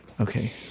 Okay